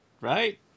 Right